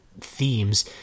themes